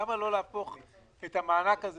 למה לא להפוך את המענק הזה,